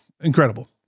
incredible